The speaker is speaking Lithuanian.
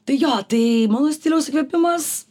tai jo tai mano stiliaus įkvėpimas